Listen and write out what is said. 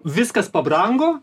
viskas pabrango